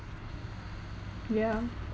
yeah